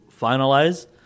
finalize